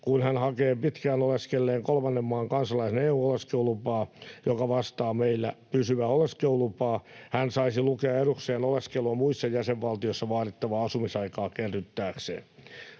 kun hän hakee pitkään oleskelleen kolmannen maan kansalaisen EU-oleskelulupaa, joka vastaa meillä pysyvää oleskelulupaa, saisi lukea edukseen oleskelua muissa jäsenvaltioissa vaadittavaa asumisaikaa kerryttääkseen.